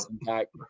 impact